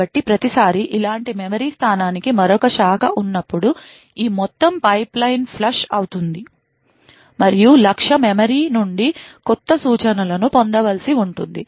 కాబట్టి ప్రతిసారీ ఇలాంటి మెమరీ స్థానానికి మరొక శాఖ ఉన్నప్పుడు ఈ మొత్తం పైప్లైన్ ఫ్లష్ అవుతుంది మరియు లక్ష్య మెమరీ నుండి కొత్త సూచనలను పొందవలసి ఉంటుంది